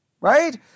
Right